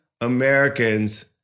Americans